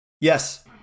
Yes